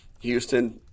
Houston